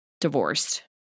divorced